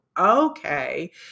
Okay